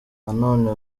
nanone